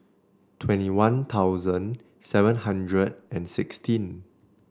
twenty One Thousand seven hundred and sixteen